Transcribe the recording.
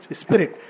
spirit